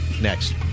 next